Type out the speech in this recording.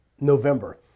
November